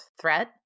threat